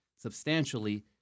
substantially